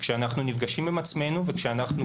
כשאנחנו נפגשים עם עצמנו ואנחנו